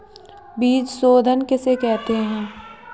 बीज शोधन किसे कहते हैं?